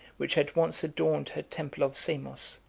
which had once adorned her temple of samos,